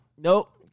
Nope